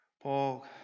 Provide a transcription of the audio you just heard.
Paul